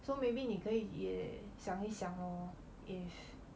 so maybe 你可以也想一想 lor if